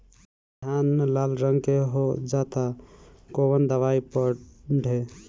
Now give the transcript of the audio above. धान लाल रंग के हो जाता कवन दवाई पढ़े?